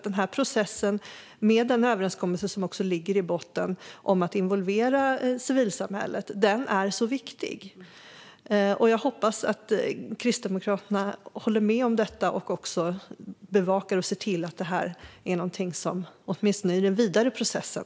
Den här processen, med den överenskommelse om att involvera civilsamhället som ligger i botten, är mycket viktig. Jag hoppas att Kristdemokraterna håller med om detta och att partiet bevakar det och ser till att det är någonting som tas med åtminstone i den vidare processen.